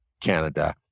Canada